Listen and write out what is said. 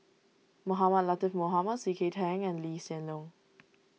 Mohamed Latiff Mohamed C K Tang and Lee Hsien Loong